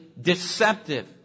deceptive